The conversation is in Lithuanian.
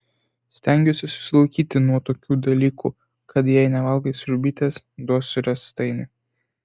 stengiuosi susilaikyti nuo tokių dalykų kad jei nevalgai sriubytės duosiu riestainį